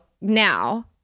now